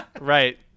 Right